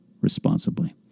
responsibly